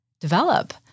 develop